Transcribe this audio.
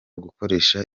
gukoresha